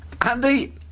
Andy